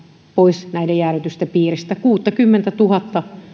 pois näiden jäädytysten piiristä kuuttakymmentätuhatta